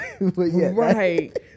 Right